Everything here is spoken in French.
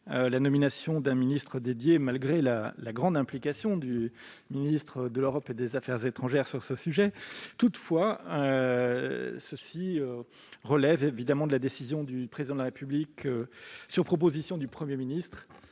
la nomination d'un ministre dédié, malgré la grande implication du ministre de l'Europe et des affaires étrangères. Toutefois, cela relève de la décision du Président de la République, sur proposition du Premier ministre.